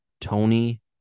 Tony